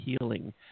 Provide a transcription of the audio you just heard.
healing